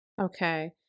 okay